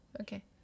Okay